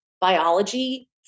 biology